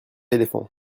éléphants